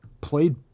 played